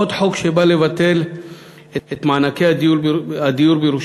עוד חוק שבא לבטל את מענקי הדיור בירושלים.